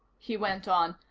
he went on.